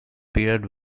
paired